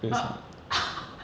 oh